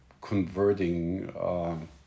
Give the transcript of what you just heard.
converting